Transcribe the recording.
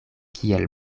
kiel